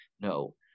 no